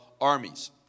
armies